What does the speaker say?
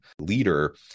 leader